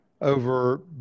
over